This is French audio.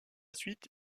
suite